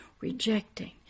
rejecting